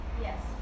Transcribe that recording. Yes